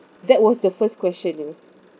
that was the first question ya